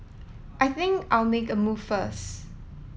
I think I'll make a move first